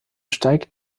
steigt